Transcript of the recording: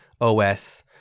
OS